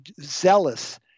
zealous